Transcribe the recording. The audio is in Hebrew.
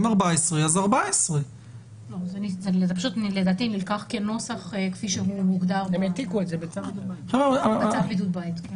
אם 14 אז 14. זה לדעתי נלקח כנוסח כפי שהוא מוגדר בצו בידוד בית.